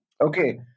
Okay